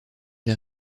des